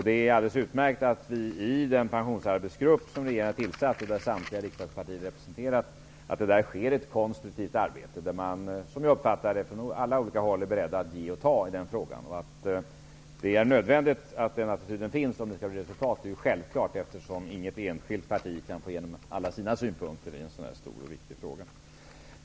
Det är alldeles utmärkt att det i den pensionsarbetsgrupp som regeringen har tillsatt och där samtliga riksdagspartier är representerade kan ske ett konstruktivt arbete, där man -- som jag uppfattar det hela -- från alla olika håll är beredd att ge och ta i den här frågan. Det är nödvändigt att den attityden finns för att det skall bli resultat. Det är en självklarhet. Inget enskilt parti kan ju få igenom alla sina synpunkter i en så här stor och viktig fråga.